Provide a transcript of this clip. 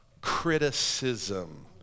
Criticism